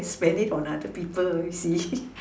spend it on other people you see